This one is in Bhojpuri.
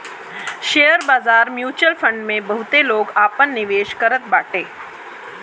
शेयर बाजार, म्यूच्यूअल फंड में बहुते लोग आपन निवेश करत बाटे